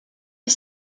est